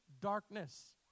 darkness